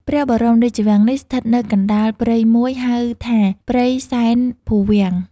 ព្រះបរមរាជវាំងនេះ ស្ថិតនៅកណ្តាលព្រៃមួយ ហៅថា ព្រៃសែនភូវាំង។